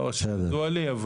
לא שידוע לי.